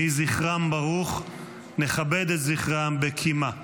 יהי זכרם ברוך, נכבד את זכרם בקימה.